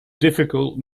difficult